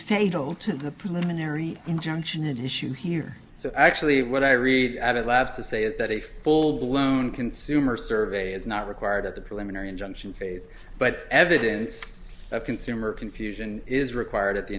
fatal to the preliminary injunction and issue here so actually what i read i'd love to say is that a full blown consumer survey is not required at the preliminary injunction phase but evidence of consumer confusion is required at the